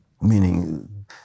meaning